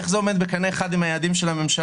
איך זה עולה בקנה אחד עם היעדים של הממשלה?